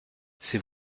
c’est